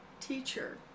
teacher